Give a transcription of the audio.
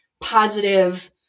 positive